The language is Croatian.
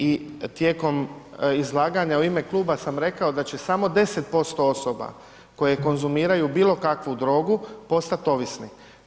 I tijekom izlaganja u ime kluba sam rekao da će samo 10% osoba koje konzumiraju bilo kakvu drogu postat ovisni.